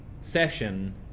session